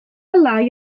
lai